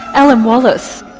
alan wallace,